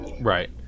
Right